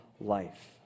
life